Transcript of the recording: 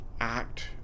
act